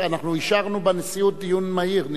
אנחנו אישרנו בנשיאות דיון מהיר.